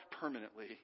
permanently